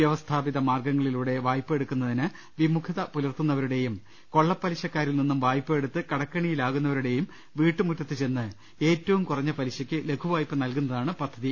വ്യവസ്ഥാപിത മാർഗ്ഗങ്ങളിലൂടെ വായ്പ എടുക്കുന്നതിന് വിമുഖത പുലർത്തുന്നവരുടെയും കൊള്ളപ്പലിശക്കാരിൽ നിന്നും വായ്പയെടുത്ത് കടക്കെണിയിലാകുന്നവരുടെയും വീട്ടുമുറ്റത്ത് ചെന്ന് ഏറ്റവും കുറഞ്ഞ പലിശയ്ക്ക് ലഘുവായ്പ നൽകുന്നതാണ് പദ്ധ തി